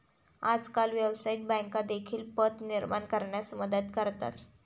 आजकाल व्यवसायिक बँका देखील पत निर्माण करण्यास मदत करतात